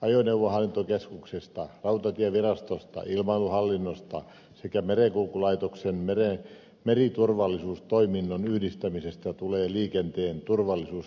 ajoneuvohallintokeskuksesta rautatievirastosta ilmailuhallinnosta sekä merenkulkulaitoksen meriturvallisuustoiminnon yhdistämisestä tulee liikenteen turvallisuusvirasto